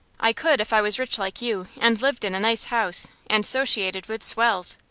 i could if i was rich like you, and lived in a nice house, and sociated with swells.